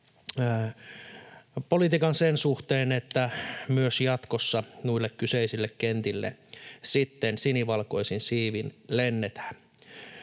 politiikan sen suhteen, että myös jatkossa noille kyseisille kentille sitten sinivalkoisin siivin lennetään.